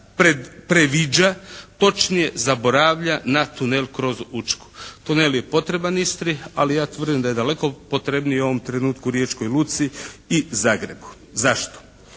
previđa točnije zaboravlja na tunel kroz Učku. Tunel je potreban Istri ali ja tvrdim da je potrebniji u ovom trenutku i Riječkoj luci i Zagrebu. Zašto?